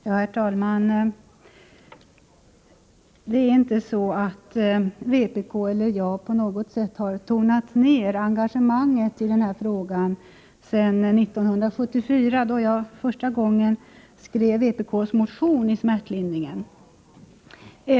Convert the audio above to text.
Herr talman! Vpk eller jag har inte på något sätt tonat ner engagemanget i denna fråga sedan 1974, då jag första gången skrev vpk:s motion om smärtlindringen.